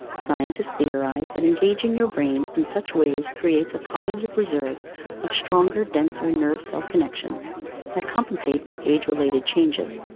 scientists theorize that engaging your brain in such ways creates a cognitive reserve of stronger, denser nerve cell connections that compensate for age-related changes,